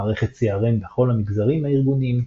מערכת CRM בכל המגזרים הארגוניים.